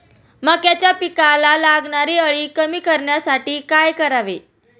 मक्याच्या पिकाला लागणारी अळी कमी करण्यासाठी काय करावे?